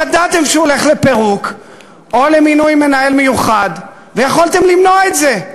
ידעתם שהוא הולך לפירוק או למינוי מנהל מיוחד ויכולתם למנוע את זה,